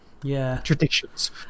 traditions